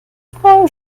frau